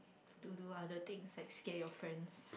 to do other things like scare your friends